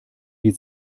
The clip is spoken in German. die